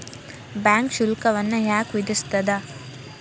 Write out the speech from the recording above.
Bank ಶುಲ್ಕವನ್ನ ಯಾಕ್ ವಿಧಿಸ್ಸ್ತದ?